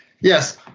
Yes